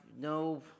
no